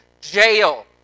jail